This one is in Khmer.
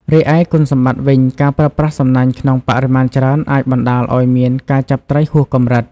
រីឯគុណវិបត្តិវិញ ការប្រើប្រាស់សំណាញ់ក្នុងបរិមាណច្រើនអាចបណ្តាលឲ្យមានការចាប់ត្រីហួសកម្រិត។